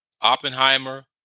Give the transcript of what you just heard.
Oppenheimer